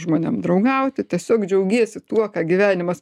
žmonėm draugauti tiesiog džiaugiesi tuo ką gyvenimas